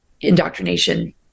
indoctrination